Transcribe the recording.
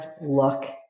look